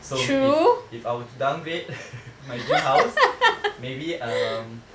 so if I were to downgrade my dream house may um